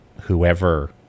whoever